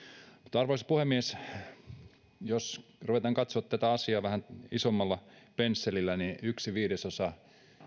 arvoisa puhemies jos ruvetaan katsomaan tätä asiaa vähän isommalla pensselillä niin yksi viidesosa